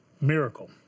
miracle